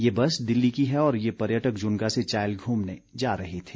ये बस दिल्ली की है और ये पर्यटक जुन्गा से चायल घूमने जा रहे थे